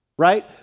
right